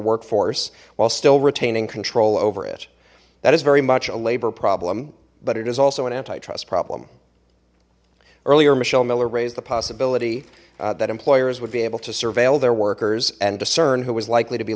workforce while still retaining control over it that is very much a labor problem but it is also an antitrust problem earlier michelle miller raised the possibility that employers would be able to surveil their workers and discern who was likely to be